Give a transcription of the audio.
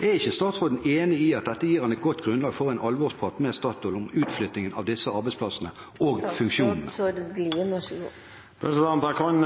Er ikke statsråden enig i at dette gir ham et godt grunnlag for en alvorsprat med Statoil om utflyttingen av disse arbeidsplassene og funksjonene? Jeg kan